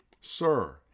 Sir